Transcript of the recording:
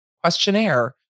questionnaire